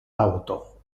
auto